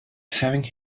having